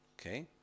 Okay